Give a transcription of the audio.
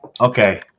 Okay